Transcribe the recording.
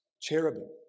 cherubim